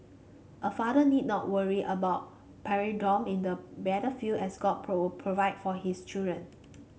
a father need not worry about in the battlefield as God provide for his children